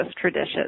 traditions